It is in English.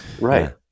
Right